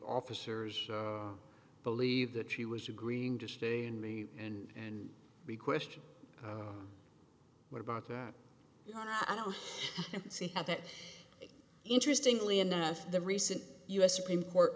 officers believed that she was agreeing to stay in me and the question what about that i don't see how that interestingly enough the recent us supreme court